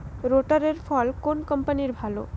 রোটারের ফল কোন কম্পানির ভালো?